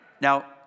Now